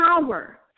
power